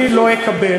אני לא אקבל,